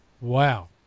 Wow